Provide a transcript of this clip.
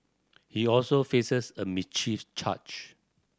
he also faces a mischief charge